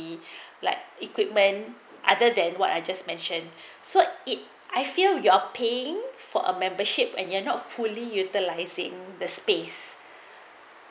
the like equipment other than what I just mention so it I feel you're paying for a membership and you're not fully utilizing the space